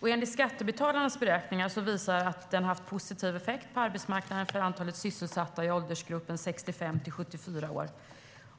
Beräkningar från Skattebetalarna visar att den har haft positiv effekt på arbetsmarknaden för antalet sysselsatta i åldersgruppen 65-74 år